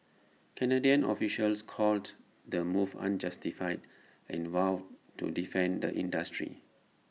Canadian officials called the move unjustified and vowed to defend the industry